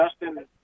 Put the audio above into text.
Justin